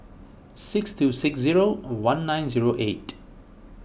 six two six zero one nine zero eight